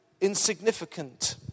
insignificant